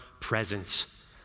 presence